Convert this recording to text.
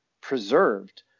preserved